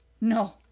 No